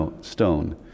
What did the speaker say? stone